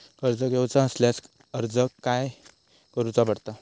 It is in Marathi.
कर्ज घेऊचा असल्यास अर्ज खाय करूचो पडता?